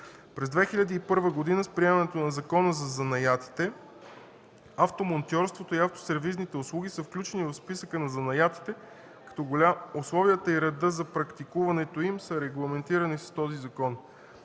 През 2001 г. с приемането на Закона за занаятите автомонтьорството и автосервизните услуги са включени в списъка на занаятите, като условията и редът за практикуването им са регламентирани с този закон.